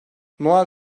noel